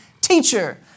teacher